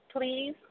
Please